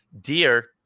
Dear